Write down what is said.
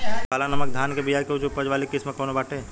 काला नमक धान के बिया के उच्च उपज वाली किस्म कौनो बाटे?